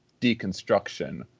deconstruction